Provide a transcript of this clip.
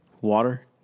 water